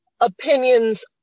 opinions